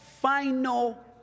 final